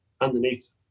underneath